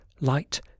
light